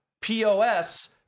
POS